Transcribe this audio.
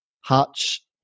Hutch